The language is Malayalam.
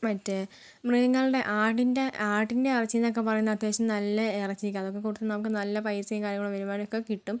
മറ്റേ മൃഗങ്ങളുടെ ആടിന്റെ ആടിൻ്റെ ഇറച്ചി എന്നൊക്കെ പറയുന്നത് അത്യാവശ്യം നല്ല ഇറച്ചിയൊക്കെയാണ് അതൊക്കെ കൊടുത്ത് നമുക്ക് നല്ല പൈസയും കാര്യങ്ങളൊക്കെ ഒരുപാടൊക്കെ കിട്ടും